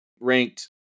ranked